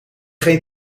geen